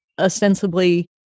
ostensibly